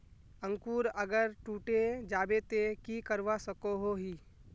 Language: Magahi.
अंकूर अगर टूटे जाबे ते की करवा सकोहो ही?